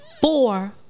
four